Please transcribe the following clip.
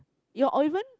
your or even